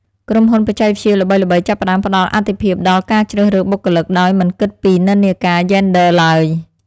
ក្រុមហ៊ុនបច្ចេកវិទ្យាល្បីៗចាប់ផ្តើមផ្តល់អាទិភាពដល់ការជ្រើសរើសបុគ្គលិកដោយមិនគិតពីនិន្នាការយេនឌ័រឡើយ។